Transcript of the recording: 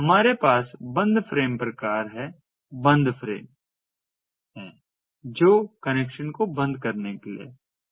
हमारे पास बंद फ्रेम प्रकार है बंद फ्रेम है जो कनेक्शन को बंद करने के लिए है